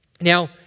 Now